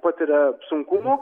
patiria sunkumų